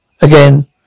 again